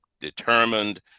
determined